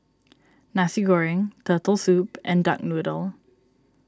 Nasi Goreng Turtle Soup and Duck Noodle